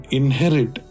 inherit